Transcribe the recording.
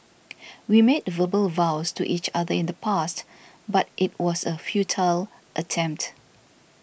we made verbal vows to each other in the past but it was a futile attempt